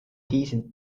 diesen